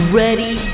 ready